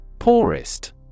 Poorest